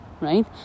right